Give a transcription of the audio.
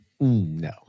No